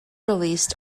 released